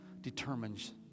determines